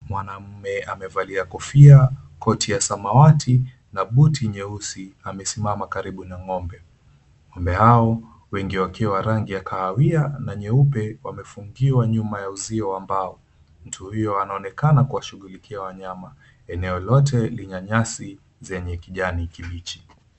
Mwanamume amevalia kofia, koti ya samawati na buti nyeusi amesimama karibu na ng'ombe. Ng'ombe hao, wengi wakiwa rangi ya kahawia na nyeupe, wamefungiwa nyuma ya uzio wa mbao. Mtu huyo anaonekana kuwashughulikia wanyama. Eneo lote lina nyasi zenye kijani kibichi.